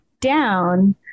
down